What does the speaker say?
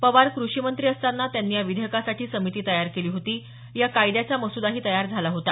पवार क्रषी मंत्री असताना त्यांनी या विधेयकासाठी समिती तयार केली होती या कायद्याचा मसूदाही तयार झाला होता